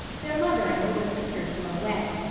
their mother and older sisters were away.